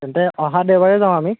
তেন্তে অহা দেওবাৰে যাওঁ আমি